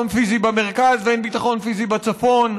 פיזי במרכז ואין ביטחון פיזי בצפון,